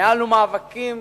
מאבקים